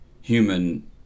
human